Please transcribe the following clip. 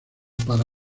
para